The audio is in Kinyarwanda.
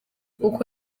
uku